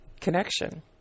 connection